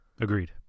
Agreed